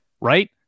right